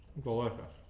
balloonpopa